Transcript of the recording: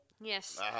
Yes